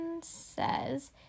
says